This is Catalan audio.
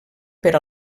per